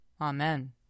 Amen